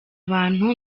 abantu